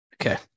Okay